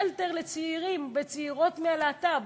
שלטר לצעירים וצעירות מהלהט"ב,